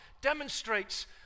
demonstrates